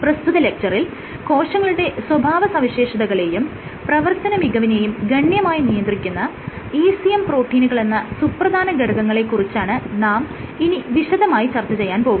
പ്രസ്തുത ലെക്ച്ചറിൽ കോശങ്ങളുടെ സ്വഭാവ സവിശേഷതകളെയും പ്രവർത്തന മികവിനെയും ഗണ്യമായി നിയന്ത്രിക്കുന്ന ECM പ്രോട്ടീനുകളെന്ന സുപ്രധാന ഘടകങ്ങളെ കുറിച്ചാണ് നാം ഇനി വിശദമായി ചർച്ച ചെയ്യാൻ പോകുന്നത്